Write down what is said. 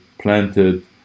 planted